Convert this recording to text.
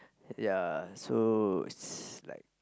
ya so it's like